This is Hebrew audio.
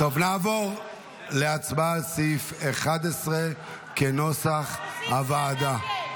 נעבור להצבעה על סעיף 11 כנוסח הוועדה.